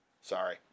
Sorry